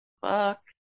Fuck